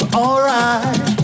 alright